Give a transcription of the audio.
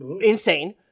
insane